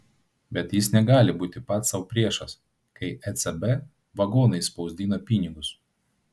bet jis negali būti pats sau priešas kai ecb vagonais spausdina pinigus